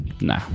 nah